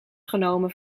genomen